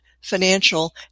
financial